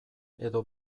edo